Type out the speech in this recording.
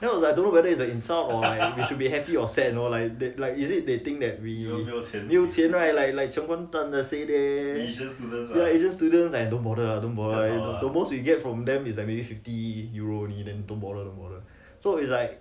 hurt eh don't know is an insult or I should be happy or sad you know like they is it they think that we 没有钱 right like 穷光蛋那些 eh ya asian students like don't bother don't bother the most we get from them maybe like fifty euros only then don't bother don't bother so is like